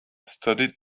studied